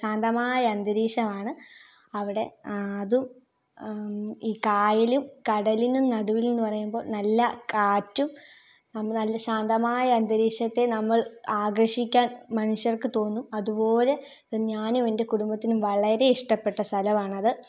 ശാന്തമായ അന്തരീക്ഷമാണ് അവിടെ അതും ഈ കായലും കടലിനും നടുവിൽന്ന് പറയുമ്പോൾ നല്ല കാറ്റും നമ്മ നല്ല ശാന്തമായ അന്തരീക്ഷത്തെ നമ്മൾ ആകർഷിക്കാൻ മനുഷ്യർക്ക് തോന്നും അതുപോലെ ഞാനും എൻ്റെ കുടുംബത്തിനും വളരെ ഇഷ്ടപ്പെട്ട സ്ഥലമാണ് അത്